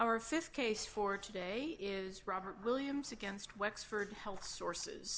our fisc ace for today is robert williams against wexford health sources